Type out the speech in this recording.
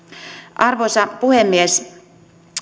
arvoisa puhemies